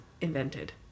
invented